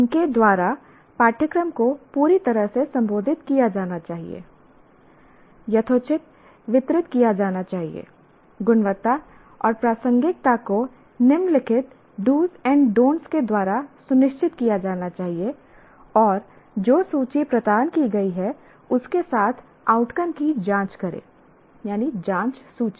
उनके द्वारा पाठ्यक्रम को पूरी तरह से संबोधित किया जाना चाहिए यथोचित वितरित किया जाना चाहिए गुणवत्ता और प्रासंगिकता को निम्नलिखित do and don'ts do's and don'ts के द्वारा सुनिश्चित किया जाना चाहिए और जो सूची प्रदान की गई है उसके साथ आउटकम की जांच करें जांच सूची